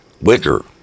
Wicker